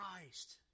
Christ